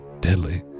deadly